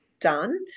done